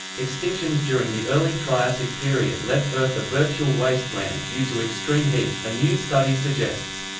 extinctions during the early triassic period left earth a virtual wasteland due to extreme heat, a new study suggests.